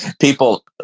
people